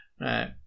Right